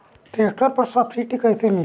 Tractor पर subsidy कैसे मिली?